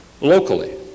locally